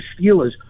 Steelers